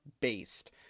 based